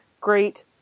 great